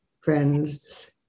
friends